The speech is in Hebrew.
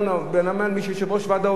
בנמל מי שהוא יושב-ראש ועד העובדים.